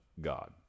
God